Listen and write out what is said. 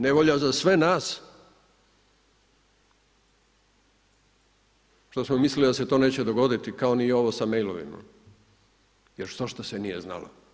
Nevolja za sve nas što smo mislili da se to neće dogoditi kao ni ovo sa mail-ovima jer štošta se nije znalo.